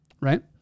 right